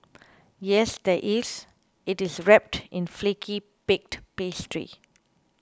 yes there is it is wrapped in flaky baked pastry